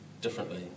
differently